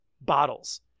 bottles